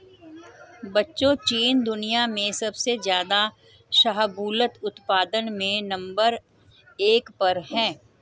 बच्चों चीन दुनिया में सबसे ज्यादा शाहबूलत उत्पादन में नंबर एक पर है